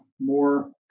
more